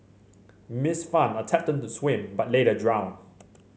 Miss Fan attempted to swim but later drowned